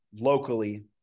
locally